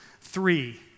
Three